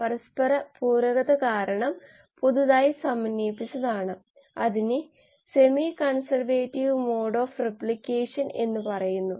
ഒരു പടി കൂടി കടന്നാൽ ഇത് മാറുകയാണ് ആർഡിഎൻഎ സാങ്കേതികവിദ്യ ഡിഎൻഎ എടുത്ത് മറ്റൊരു ജീവിയിലേക്ക് മാറ്റുന്നു